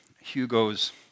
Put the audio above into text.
Hugo's